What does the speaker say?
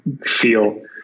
feel